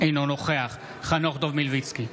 אינו נוכח חנוך דב מלביצקי,